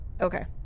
Okay